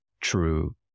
true